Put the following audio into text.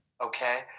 okay